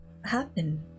happen